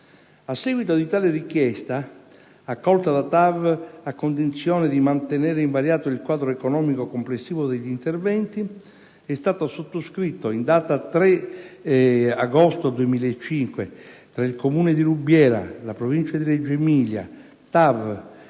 A seguito di tale richiesta, accolta da TAV a condizione di mantenere invariato il quadro economico complessivo degli interventi, è stato sottoscritto in data 3 agosto 2005 tra il Comune di Rubiera, la Provincia di Reggio Emilia, TAV